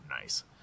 nice